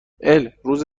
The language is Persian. الروز